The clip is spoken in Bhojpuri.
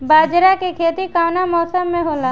बाजरा के खेती कवना मौसम मे होला?